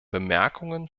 bemerkungen